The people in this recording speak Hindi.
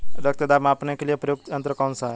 रक्त दाब मापने के लिए प्रयुक्त यंत्र कौन सा है?